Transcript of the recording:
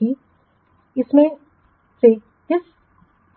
क्योंकि इनमें से किस